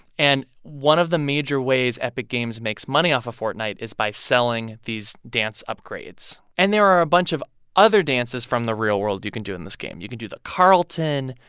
and one of the major ways epic games makes money off of fortnite is by selling these dance upgrades. and there are a bunch of other dances from the real world you can do in this game. you can do the carlton.